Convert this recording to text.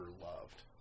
loved